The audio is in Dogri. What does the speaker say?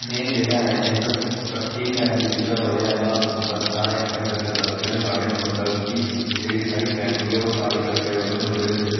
में जेह्ड़ा ऐ इक किट्ठी फैमिली बिच्चा रौह्ने आह्ला बंदा ऐ किट्ठे सदस्य न साढ़े मतलब कि जेह्ड़ी साढ़ी फैमिली ओह् सारी किट्ठे रौंह्दे न उं'दे बिच